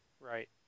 Right